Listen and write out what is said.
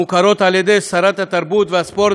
המוכרות על-ידי שרת התרבות והספורט